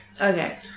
Okay